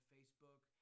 Facebook